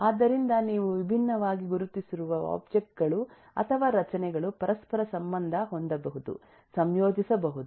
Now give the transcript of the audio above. ಆದ್ದರಿಂದ ನೀವು ವಿಭಿನ್ನವಾಗಿ ಗುರುತಿಸಿರುವ ಒಬ್ಜೆಕ್ಟ್ ಗಳು ಅಥವಾ ರಚನೆಗಳು ಪರಸ್ಪರ ಸಂಬಂಧ ಹೊಂದಬಹುದು ಸಂಯೋಜಿಸಬಹುದು